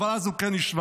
אבל אז הוא כן השווה,